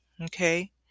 okay